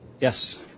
Yes